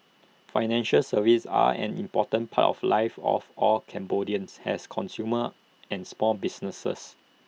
financial services are an important part of lives of all Cambodians has consumers and small businesses